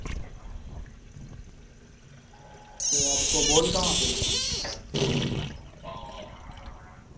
तो आपको बॉल कहाँ पर लगी